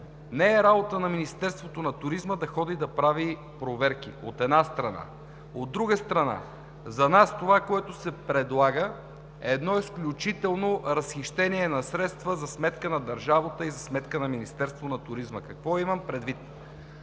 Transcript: Не е работа на Министерството на туризма да ходи да прави проверки, от една страна. От друга страна – за нас това, което се предлага, е едно изключително разхищение на средства за сметка на държавата и Министерството на туризма. Какво имам предвид?